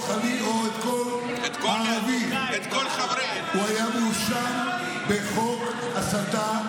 או את כל הערבים, הוא היה מואשם לפי חוק ההסתה,